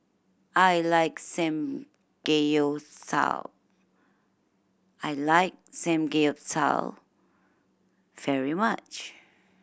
I like Samgeyopsal I like Samgeyopsal very much